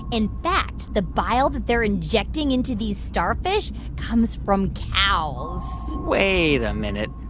in fact, the bile that they're injecting into these starfish comes from cows wait a minute.